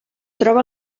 troba